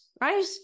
Right